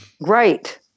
Right